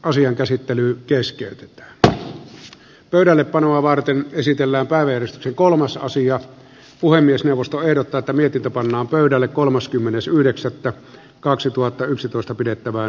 asian käsittely keskeytyy tarhalle pöydällepanoa varten esitellä päällystetty kolmas osia puhemiesneuvosto ehdottaa te mietitte pannaan pöydälle kolmaskymmenes yhdeksättä kaksituhattayksitoista pidettävän